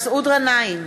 מסעוד גנאים,